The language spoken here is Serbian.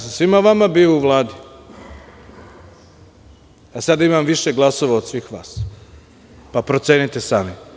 Sa svima vama sam bio u Vladi, a sada imam više glasova od svih vas, pa procenite sami.